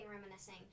reminiscing